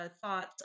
thoughts